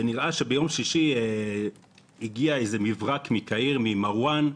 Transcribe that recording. זה נראה שביום שישי הגיע איזה מברק מקהיר, ממרואן,